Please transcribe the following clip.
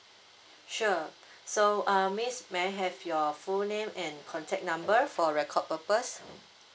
sure so uh miss may I have your full name and contact number for record purpose